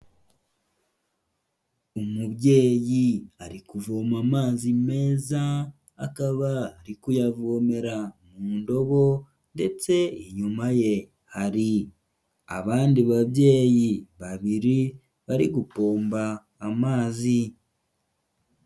Umubyeyi ari kuvoma amazi meza, akaba ari kuyavomera mu ndobo ndetse inyuma ye hari abandi babyeyi babiri bari gupomba amazi.